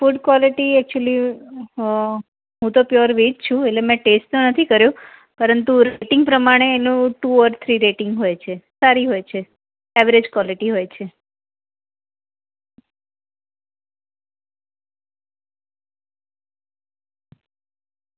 food quality એચ્યુલી હું તો પ્યોર વેજ છું એટલે મેં ટેસ્ટ તો નથી કર્યો પરંતુ રેટિંગ પ્રમાણે એનું ટૂ ઓર થ્રી રેટિંગ હોય છે સારી હોય છે એવરેજ ક્વોલિટી હોય છે